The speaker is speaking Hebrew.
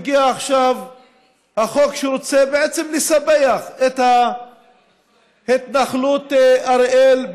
הגיע עכשיו החוק שרוצה בעצם לספח את ההתנחלות אריאל,